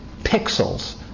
pixels